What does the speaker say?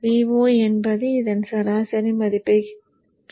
Vo என்பது இதன் சராசரி மதிப்பாக இருக்கும்